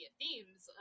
themes